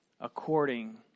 according